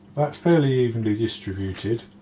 that's fairly evenly distributed